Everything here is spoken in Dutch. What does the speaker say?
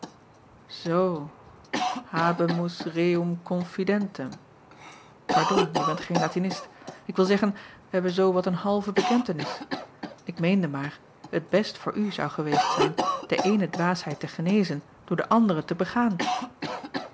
oo habemus reum confidentem pardon je bent geen latinist ik wil zeggen wij hebben zoo wat een halve bekentenis k meende maar het best voor u zou geweest zijn de eene dwaasheid te genezen door de andere te begaan